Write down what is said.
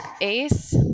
Ace